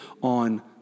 on